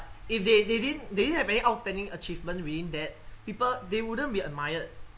if they they didn't they didn't have any outstanding achievement within that people they wouldn't be admired